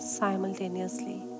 simultaneously